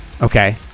Okay